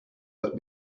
but